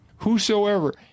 whosoever